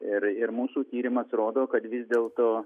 ir ir mūsų tyrimas rodo kad vis dėlto